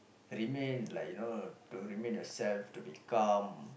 remain like you know to remain yourself to be calm